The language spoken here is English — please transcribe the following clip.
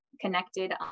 connected